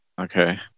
Okay